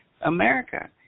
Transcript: America